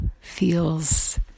feels